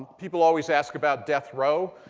people always ask about death row.